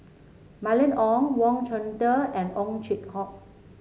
Mylene Ong Wang Chunde and Ow Chin Hock